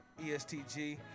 ESTG